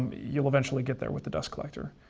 you'll eventually get there with the dust collector,